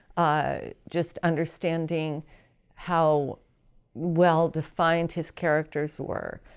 ah just understanding how well-defined his characters were,